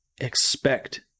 expect